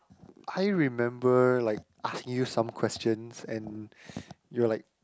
I remember like asking you some questions and you were like